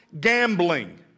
gambling